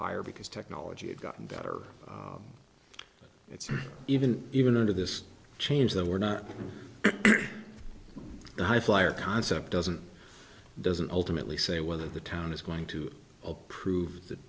higher because technology had gotten better but it's even even under this change that we're not highflyer concept doesn't doesn't ultimately say whether the town is going to approve that